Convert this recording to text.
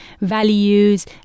values